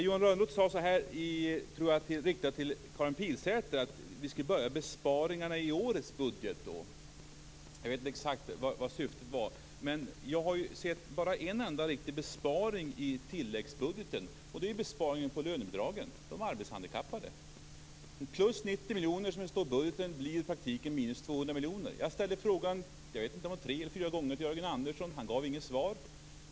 Johan Lönnroth sade, riktat tror jag till Karin Pilsäter, att vi skall börja med besparingar i årets budget. Jag vet inte exakt vad syftet var, men jag har bara sett en enda besparing i tilläggsbudgeten. Det är besparingen på lönebidragen, på de arbetshandikappade. Plus 90 miljoner som det står i budgeten blir i praktiken minus 200 miljoner. Jag ställde frågan tre eller fyra gånger till Jörgen Andersson. Han gav inget svar.